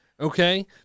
Okay